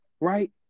right